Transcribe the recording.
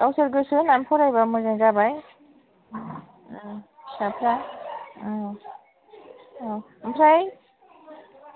गावसोर गोसो होनानै फरायोबा मोजां जाबाय फिसाफ्रा औ ओमफ्राय